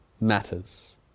matters